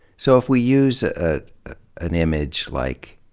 so, if we use ah an image like